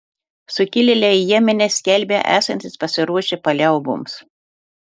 sukilėliai jemene skelbia esantys pasiruošę paliauboms